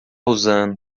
usando